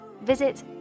Visit